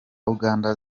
uganda